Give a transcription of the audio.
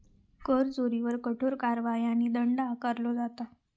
कर चोरीवर कठोर कारवाई आणि दंड आकारलो जाता